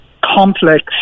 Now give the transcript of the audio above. complex